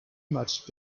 much